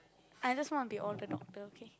I just want to be all the doctor okay